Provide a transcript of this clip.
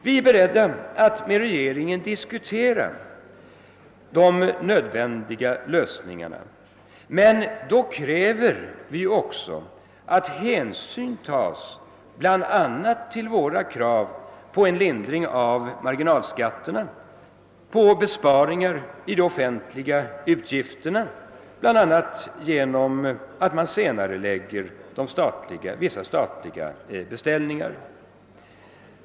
Vi är beredda att med regeringen diskutera de nödvändiga lösningarna, men då kräver vi också att hänsyn tas bla. till våra krav på en lindring av marginalskatterna och på besparingar i de offentliga utgifterna, t.ex. genom att man senarelägger vissa statliga beställningar.